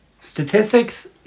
Statistics